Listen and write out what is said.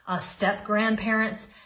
step-grandparents